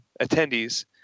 attendees